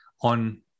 on